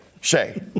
Shay